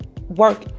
work